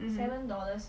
mmhmm